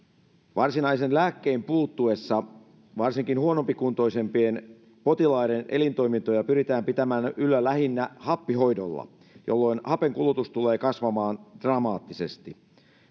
varsinaisen lääkkeen puuttuessa varsinkin huonompikuntoisten potilaiden elintoimintoja pyritään pitämään yllä lähinnä happihoidolla jolloin hapenkulutus tulee kasvamaan dramaattisesti